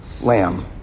Lamb